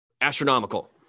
astronomical